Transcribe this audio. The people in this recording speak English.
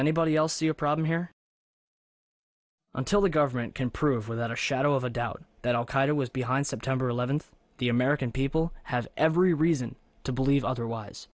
anybody else see a problem here until the government can prove without a shadow of a doubt that al qaeda was behind september eleventh the american people have every reason to believe otherwise